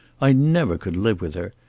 i never could live with her.